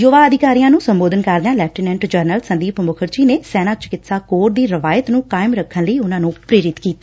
ਯੁਵਾ ਅਧਿਕਾਰੀਆਂ ਨੂੰ ਸੰਬੋਧਨ ਕਰਦਿਆਂ ਲੈਫਟੀਨੈਂਟ ਜਨਰਲ ਸੰਦੀਪ ਮੁਖਰਜੀ ਨੇ ਸੈਨਾ ਚਿਕਿਤਸਾ ਕੋਰ ਦੀ ਰਵਾਇਤ ਨੂੰ ਕਾਇਮ ਰੱਖਣ ਲਈ ਉਨੂਾਂ ਨੂੰ ਪ੍ਰੇਰਿਤ ਕੀਤਾ